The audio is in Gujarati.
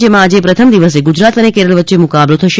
જેમાં આજે પ્રથમ દિવસે ગુજરાત અને કેરળ વચ્ચે મુકાબલો થશે